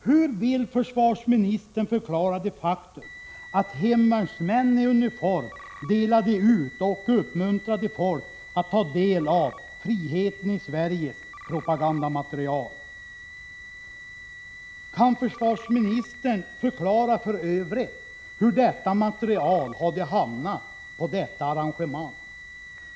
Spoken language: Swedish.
Hur vill försvarsministern förklara det faktum att hemvärnsmän i uniform delade ut och uppmuntrade folk att ta del av det propagandamaterial som sammanställts av organisationen Friheten i Sverige? Kan försvarsministern för övrigt förklara hur materialet hade kommit med i detta arrangemang?